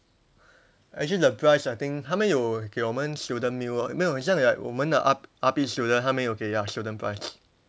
actually the price I think 他们有给我们 student meal 没有很像 like 我们的 R R_P student 他们有给 ya student price